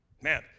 Man